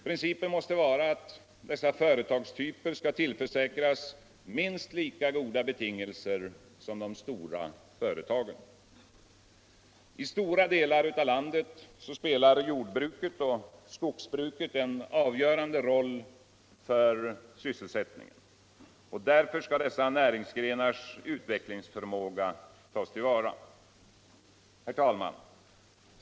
Principen mäste vara att dessa företagstyper skall tillförsiäkras minst lika goda betingelser som de stora företagen. I stora delar av landet spelar jordbruket och skogsbruket en avgörande roll för svsselsättningen. Därför skall dessa näringsgrenars utvecklingsförmäåga tas till vara. Herr tälman!